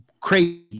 crazy